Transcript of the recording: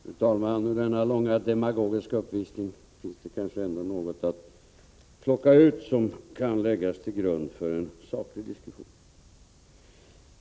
Fru talman! Ur denna långa demagogiska uppvisning finns det kanske ändå något att plocka ut som kan läggas till grund för en saklig diskussion.